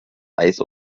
eis